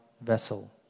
vessel